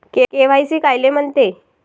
KYC कायले म्हनते?